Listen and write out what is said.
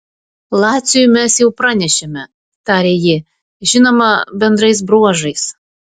laciui mes jau pranešėme tarė ji žinoma bendrais bruožais